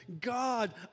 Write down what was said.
God